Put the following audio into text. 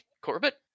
Corbett